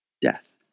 death